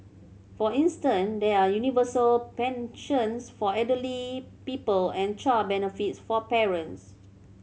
for instance there are universal pensions for elderly people and child benefits for parents